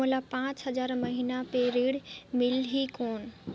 मोला पांच हजार महीना पे ऋण मिलही कौन?